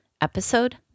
episode